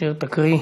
אשר תקריא.